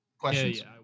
Questions